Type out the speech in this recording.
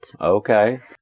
Okay